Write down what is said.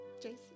Jason